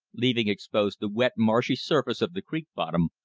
leaving exposed the wet, marshy surface of the creek-bottom,